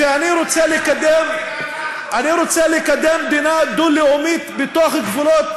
אם אני אומר לך היום שאני רוצה לקדם מדינה דו-לאומית בתוך גבולות